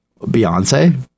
beyonce